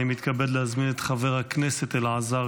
אני מתכבד להזמין את חבר הכנסת אלעזר